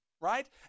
right